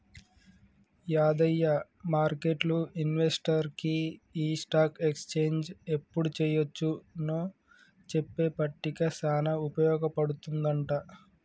యాదయ్య మార్కెట్లు ఇన్వెస్టర్కి ఈ స్టాక్ ఎక్స్చేంజ్ ఎప్పుడు చెయ్యొచ్చు నో చెప్పే పట్టిక సానా ఉపయోగ పడుతుందంట